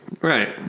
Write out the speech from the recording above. Right